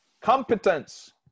Competence